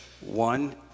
One